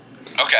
Okay